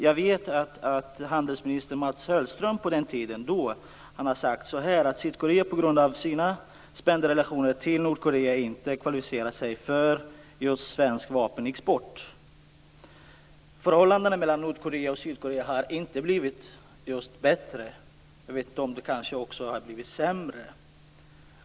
Jag vet att handelsminister Mats Hellström på sin tid sade att Sydkorea på grund av sina spända relationer till Nordkorea inte kvalificerar sig för svensk vapenexport. Förhållandet mellan Nordkorea och Sydkorea har inte blivit bättre. Jag vet inte om det kanske också har blivit sämre.